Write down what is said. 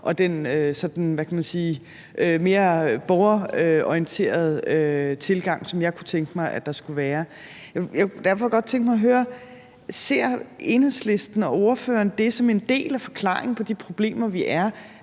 kan man sige, borgerorienterede tilgang, som jeg kunne tænke mig der skulle være. Derfor kunne jeg godt tænke mig at høre: Ser Enhedslisten og ordføreren det som en del af forklaringen på de problemer, vi står